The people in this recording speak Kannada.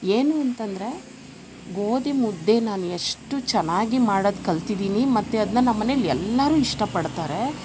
ಏನು ಅಂತಂದರೆ ಗೋದಿ ಮುದ್ದೆ ನಾನು ಎಷ್ಟು ಚೆನ್ನಾಗಿ ಮಾಡೋದು ಕಲ್ತಿದ್ದೀನಿ ಮತ್ತು ಅದನ್ನ ನಮ್ಮ ಮನೇಲಿ ಎಲ್ಲಾರು ಇಷ್ಟ ಪಡ್ತಾರೆ